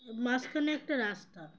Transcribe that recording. মাঝখানে একটা রাস্তা